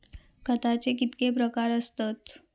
खताचे कितके प्रकार असतत?